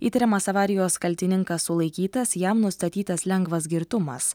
įtariamas avarijos kaltininkas sulaikytas jam nustatytas lengvas girtumas